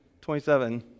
27